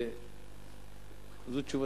זאת תשובתי.